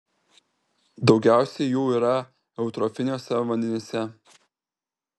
daugiausiai jų yra eutrofiniuose vandenyse